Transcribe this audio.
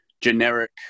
generic